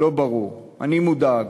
לא ברור, אני מודאג.